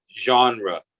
genre